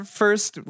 first